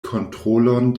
kontrolon